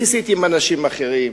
ניסיתי עם אנשים אחרים,